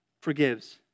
forgives